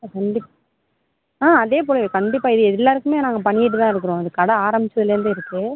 ஆ கண்டிப் ஆ அதே போலவே கண்டிப்பாக இது எல்லாருக்குமே நாங்கள் பண்ணிகிட்டு தான் இருக்கிறோம் இது கடை ஆரமிச்சதுலேந்தே இருக்கு